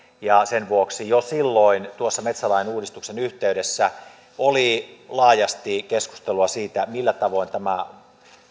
sen vuoksi jo silloin tuossa metsälain uudistuksen yhteydessä oli laajasti keskustelua siitä millä tavoin tämä